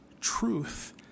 truth